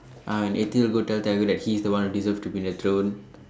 ah Ethi will go tell Thiagu that he is the one who deserve to be in the throne